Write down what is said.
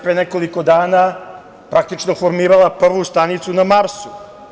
Pre nekoliko dana NASA je praktično formirala prvu stanicu na Marsu.